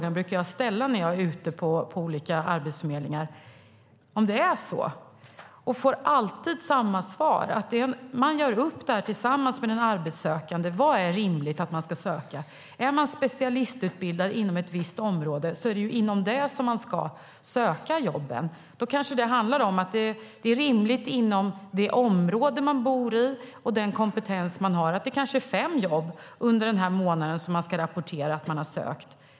När jag är ute på olika arbetsförmedlingar brukar jag ställa frågan om det är så. Jag får alltid samma svar, nämligen att man tillsammans med den arbetssökande gör upp vad som är rimligt att man ska söka. Är man specialistutbildad inom ett visst område är det inom detta område som man ska söka jobb. Då kanske det handlar om att det inom det område som man bor i och med den kompetens som man har är rimligt att man ska rapportera att man har sökt fem jobb under en månad.